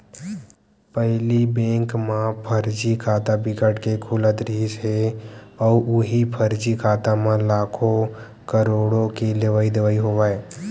पहिली बेंक म फरजी खाता बिकट के खुलत रिहिस हे अउ उहीं फरजी खाता म लाखो, करोड़ो के लेवई देवई होवय